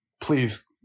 please